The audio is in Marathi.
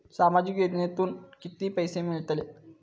सामाजिक योजनेतून किती पैसे मिळतले?